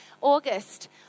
August